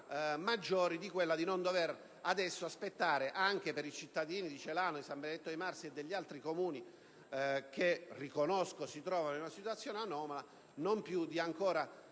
maggiore rispetto a quello di dover aspettare, anche per i cittadini di Celano, San Benedetto dei Marsi e degli altri Comuni che, riconosco, si trovano in una situazione anomala, non più di tre